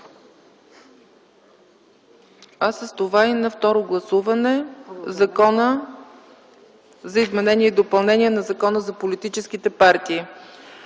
а с това и на второ гласуване Законът за допълнение на Закона за политическите партии.